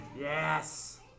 Yes